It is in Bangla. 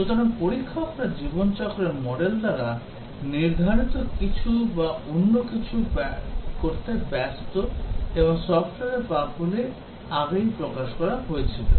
সুতরাং পরীক্ষকরা জীবনচক্রের মডেল দ্বারা নির্ধারিত কিছু বা অন্য কিছু করতে ব্যস্ত এবং সফটওয়ারের বাগগুলি আগে প্রকাশ করা হয়েছিল